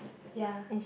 ya